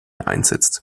einsetzt